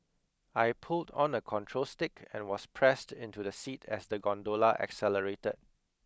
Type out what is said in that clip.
I pulled on a control stick and was pressed into the seat as the gondola accelerated